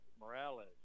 Morales